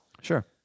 Sure